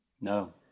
No